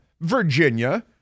Virginia